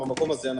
במקום הזה,